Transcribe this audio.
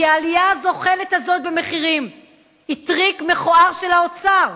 כי העלייה הזוחלת הזאת במחירים היא טריק מכוער של האוצר.